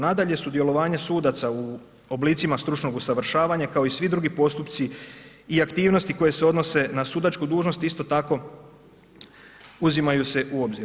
Nadalje, sudjelovanje sudaca u oblicima stručnog usavršavanja kao i svi drugi postupci i aktivnosti koje se odnose na sudačku dužnost, isto tako uzimaju se u obzir.